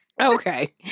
Okay